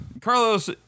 Carlos